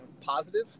positive